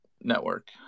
network